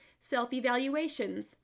self-evaluations